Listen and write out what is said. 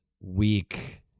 week